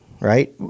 right